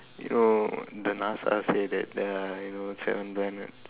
you know the NASA say that there are you know seven planets